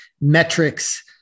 metrics